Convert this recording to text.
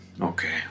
Okay